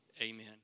Amen